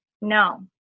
No